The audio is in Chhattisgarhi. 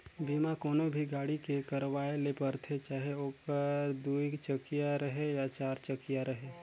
बीमा कोनो भी गाड़ी के करवाये ले परथे चाहे ओहर दुई चकिया रहें या चार चकिया रहें